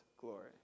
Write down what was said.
glory